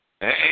Hey